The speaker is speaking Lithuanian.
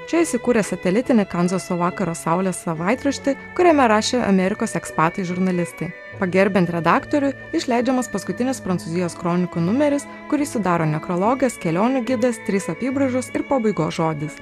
čia įsikūręs satelitinį kanzaso vakaro saulės savaitraštį kuriame rašė amerikos ekspatai žurnalistai pagerbiant redaktorių išleidžiamas paskutinis prancūzijos kronikų numeris kurį sudaro nekrologas kelionių gidas trys apybraižos ir pabaigos žodis